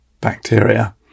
bacteria